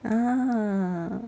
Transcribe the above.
ah